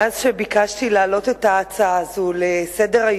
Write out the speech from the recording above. מאז ביקשתי להעלות את ההצעה הזאת לסדר-היום